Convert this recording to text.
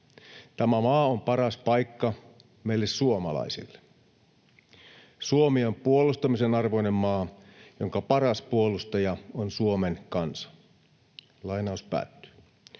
Tämä maa on paras paikka meille suomalaisille. Suomi on puolustamisen arvoinen maa, jonka paras puolustaja on Suomen kansa.” Edellä